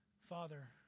Father